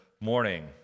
morning